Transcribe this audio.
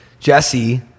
Jesse